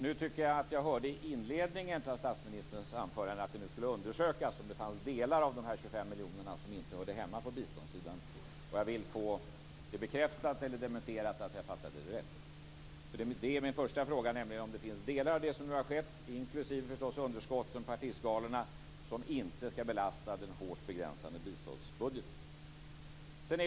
Nu tycker att jag i inledningen av statsministerns anförande hörde att man nu skulle undersöka om det fanns delar i dessa 25 miljoner som inte hörde hemma på biståndssidan. Jag ber att få det bekräftat eller dementerat att jag uppfattade det rätt. Det är min första fråga: Finns det delar i det som nu har skett, inklusive förstås underskotten på artistgalorna, som inte ska belasta den hårt begränsade biståndsbudgeten?